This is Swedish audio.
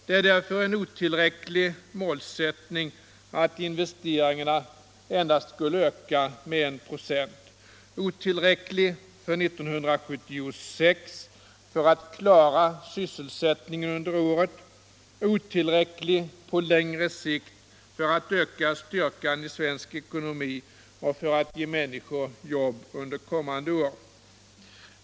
Det är därför en otillräcklig målsättning att investeringarna endast skall öka med 1 ",— otillräcklig för 1976 för att klara sysselsättningen under året och otillräcklig på längre sikt för att öka styrkan i svensk ekonomi och för att ge människor jobb under kommande år.